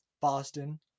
Boston